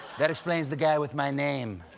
that explains that guy with my name.